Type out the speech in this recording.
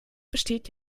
besteht